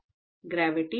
र gravity